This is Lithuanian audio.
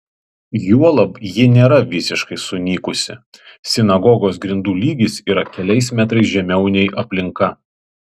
juolab ji nėra visiškai sunykusi sinagogos grindų lygis yra keliais metrais žemiau nei aplinka